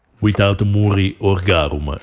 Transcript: without murri or garum, ah